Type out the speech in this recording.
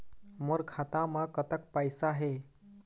मोर खाता म कतक पैसा हे?